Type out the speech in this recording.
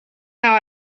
how